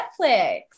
netflix